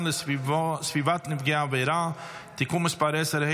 מין לסביבת נפגע העבירה (תיקון מס' 10),